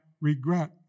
regret